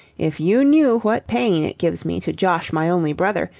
if you knew what pain it gives me to josh my only brother,